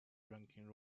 ranking